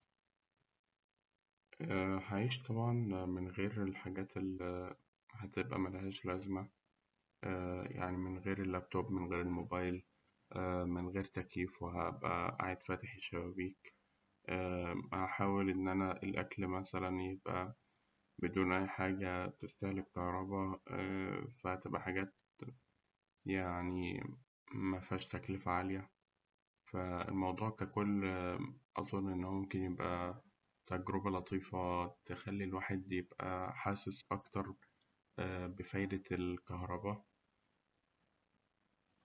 هأعيش طبعاً من غير الحاجات اللي هتبقى ملهاش لازمة. يعني من غير اللابتوب من غير الموبايل من غري تكييف وهأبقى قاعد فاتح الشبابيك، هأحاول إن الأكل مثلا يبقى دون أي حاجة تستهلك كهربا فهتبقى حاجات مفهاش تكلفة عالية، فالموضوع ككل أظن إن هو ممكن يبقى تجربة لطيفة تخلي الواحد يبقى حاسس أكتر بفايدة الكهربا.